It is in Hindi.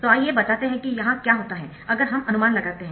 तो आइए बताते है कि यहां क्या होता है अगर हम अनुमान लगाते है